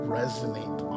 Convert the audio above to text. resonate